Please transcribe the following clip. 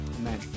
Amen